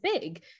big